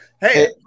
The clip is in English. Hey